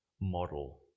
model